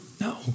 No